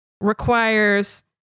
requires